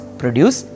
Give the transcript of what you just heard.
produce